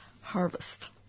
Harvest